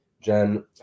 Jen